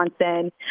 Johnson